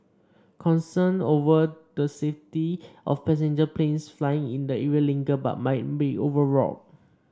concerns over the safety of passenger planes flying in the area linger but might be overwrought